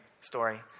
story